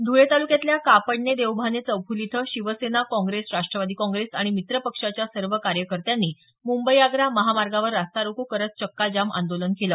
धुळे तालुक्यातल्या कापडणे देवभाने चौफूली इथं शिवसेना काँग्रेस राष्ट्रवादी काँग्रेस आणि मित्र पक्षाच्या सर्व कार्यकर्त्यांनी मुंबई आग्रा महामार्गावर रास्तारोको करत चक्काजाम आंदोलन केलं